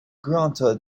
granted